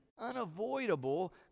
unavoidable